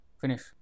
Finish